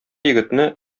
егетне